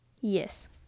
yes